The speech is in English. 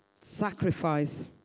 Sacrifice